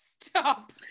stop